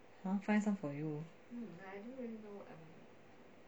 !huh! find some for you